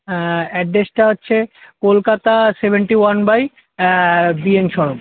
হ্যাঁ অ্যাড্রেসটা হচ্ছে Kolkata seventy one by B N Sarani